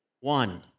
one